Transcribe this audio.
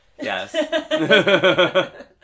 Yes